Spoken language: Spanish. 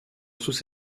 sus